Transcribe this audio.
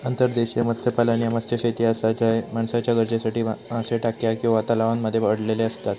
अंतर्देशीय मत्स्यपालन ह्या मत्स्यशेती आसा झय माणसाच्या गरजेसाठी मासे टाक्या किंवा तलावांमध्ये वाढवले जातत